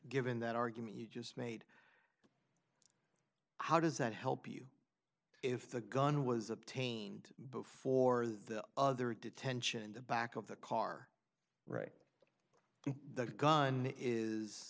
given that argument you just made how does that help you if the gun was obtained before the other detention the back of the car right the gun is